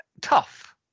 tough